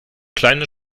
kleine